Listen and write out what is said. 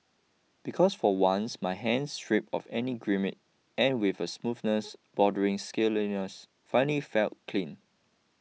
because for once my hands strip of any grime and with a smoothness bordering scaliness finally felt clean